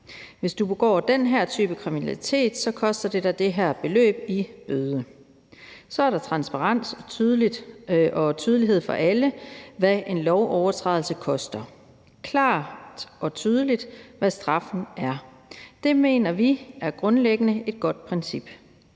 hvis du begår den her type kriminalitet, så koster dig det her beløb i bøde. Så er der transparens og tydelighed for alle i, hvad en lovovertrædelse koster, det er klart og tydeligt, hvad straffen er. Det mener vi grundlæggende er et godt princip.